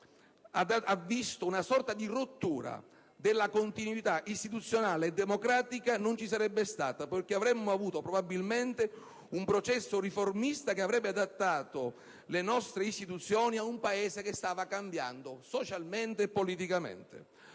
ha visto una sorta di «rottura» della continuità istituzionale e democratica, non ci sarebbe stata, poiché avremmo avuto, probabilmente, un processo riformista che avrebbe adattato le nostre istituzioni ad un Paese che stava cambiando, socialmente e politicamente.